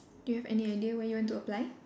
do you have any idea where you want to apply